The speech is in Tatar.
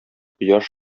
кояш